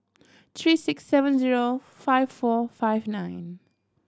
three six seven zero five four five nine